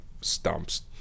stumps